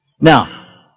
Now